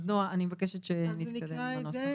אז, נעה, אני מבקשת שנתקדם עם הנוסח.